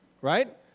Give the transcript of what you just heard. right